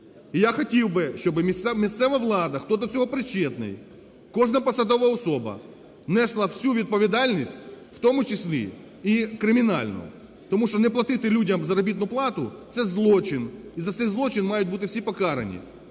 І я хотів би, щоби місцева влада, хто до цього причетний, кожна посадова особа, несла всю відповідальність, в тому числі і кримінальну. Тому що не платити людям заробітну плату – це злочин, і за цей злочин мають бути всі покарані.